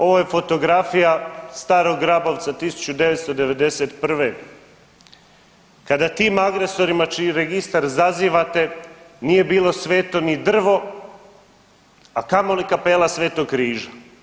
Ovo je fotografija Starog Grabovca 1991. kada tim agresorima čiji registar zazivate nije bilo sveto ni drvo, a kamoli kapela sv. Križa.